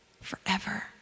forever